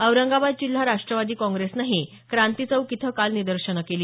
औरंगाबाद जिल्हा राष्ट्रवादी काँप्रेसनंही क्रांती चौक इथं काल निदर्शनं केली